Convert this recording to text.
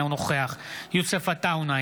אינו נוכח יוסף עטאונה,